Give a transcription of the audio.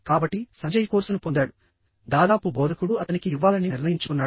కాబట్టి సంజయ్ కోర్సును పొందాడు దాదాపు బోధకుడు అతనికి ఇవ్వాలని నిర్ణయించుకున్నాడు